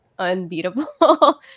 Unbeatable